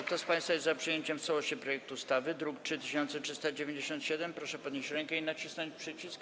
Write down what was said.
Kto z państwa jest za przyjęciem w całości projektu ustawy z druku nr 3397, proszę podnieść rękę i nacisnąć przycisk.